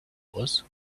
was